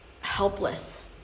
helpless